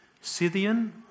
Scythian